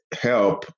help